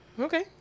Okay